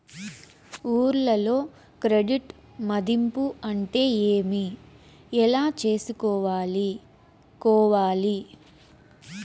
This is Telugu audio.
ఊర్లలో క్రెడిట్ మధింపు అంటే ఏమి? ఎలా చేసుకోవాలి కోవాలి?